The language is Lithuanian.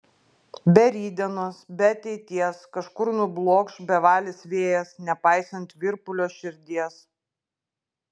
be rytdienos be ateities kažkur nublokš bevalis vėjas nepaisant virpulio širdies